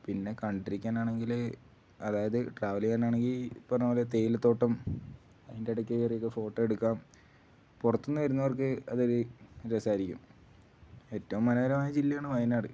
പിന്നെ കണ്ടിരിക്കാനാണെങ്കില് അതായത് ട്രാവല് ചെയ്യാനാണെങ്കില് പറഞ്ഞ പോലെ തേയിലത്തോട്ടം അതിൻ്റെ ഇടയ്ക്ക് കയറിയൊക്കെ ഫോട്ടോ എടുക്കാം പുറത്തുനിന്നു വരുന്നവർക്ക് അതൊരു രസമായിരിക്കും ഏറ്റവും മനോഹരമായ ജില്ലയാണ് വയനാട്